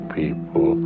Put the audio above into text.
people